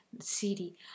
city